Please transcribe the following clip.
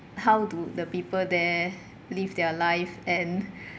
how do the people there live their life and